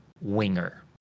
winger